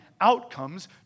outcomes